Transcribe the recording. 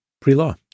Pre-law